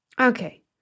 Okay